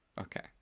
okay